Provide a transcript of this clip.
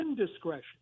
indiscretion